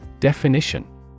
Definition